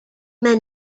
may